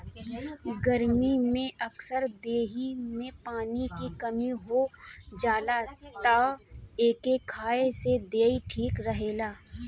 गरमी में अक्सर देहि में पानी के कमी हो जाला तअ एके खाए से देहि ठीक रहेला